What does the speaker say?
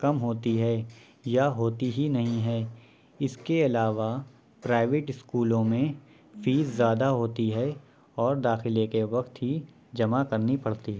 کم ہوتی ہے یا ہوتی ہی ںہیں ہے اس کے علاوہ پرائیوٹ اسکولوں میں فیس زیادہ ہوتی ہے اور داخلے کے وقت ہی جمع کرنی پڑتی ہے